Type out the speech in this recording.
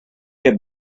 get